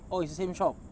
oh it's the same shop